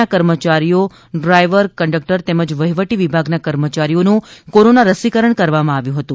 ના કર્મચારીઓ ને ડ્રાઇવર કંડકટર તેમજ વહીવટી વિભાગના કર્મચારીઓનું કોરોના રસીકરણ કરવામાં આવ્યું હતું